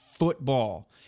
football